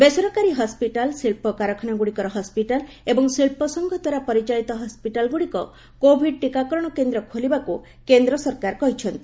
ବେସରକାରୀ ହସ୍କିଟାଲ ଶିଳ୍ପ କାରଖାନା ଗୁଡ଼ିକର ହସ୍କିଟାଲ ଏବଂ ଶିଳ୍ପ ସଂଘ ଦ୍ୱାରା ପରିଚାଳିତ ହସ୍କିଟାଲଗୁଡ଼ିକ କୋଭିଡ ଟିକାକରଣ କେନ୍ଦ୍ର ଖୋଲିବାକୁ କେନ୍ଦ୍ର ସରକାର କହିଛନ୍ତି